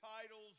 titles